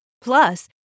Plus